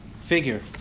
figure